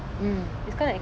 mmhmm